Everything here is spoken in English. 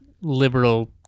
liberal